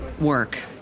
work